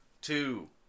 two